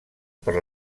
per